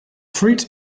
fruit